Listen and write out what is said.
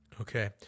Okay